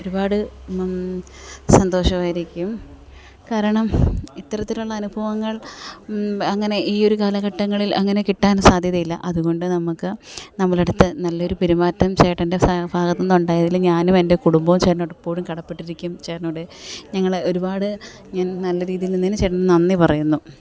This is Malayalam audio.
ഒരുപാട് സന്തോഷമായിരിക്കും കാരണം ഇത്തരത്തിലുള്ള അനുഭവങ്ങൾ അങ്ങനെ ഈയൊരു കാലഘട്ടങ്ങളിൽ അങ്ങനെ കിട്ടാൻ സാധ്യതയില്ല അതുകൊണ്ട് നമുക്ക് നമ്മളടുത്ത് നല്ലൊരു പെരുമാറ്റം ചേട്ടൻ്റെ ഭാഗത്ത് നിന്ന് ഉണ്ടായതിൽ ഞാനും എൻ്റെ കുടുംബവും ചേട്ടനോട് എപ്പോഴും കടപ്പെട്ടിരിക്കും ചേട്ടനോട് ഞങ്ങൾ ഒരുപാട് ഞാൻ നല്ല രീതിയിൽ നിന്നതിന് ചേട്ടന് നന്ദി പറയുന്നു